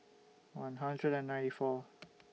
one hundred and ninety four